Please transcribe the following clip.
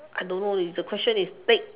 I don't know leh is the question is take